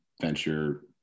venture